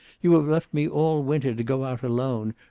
you have left me all winter to go out alone,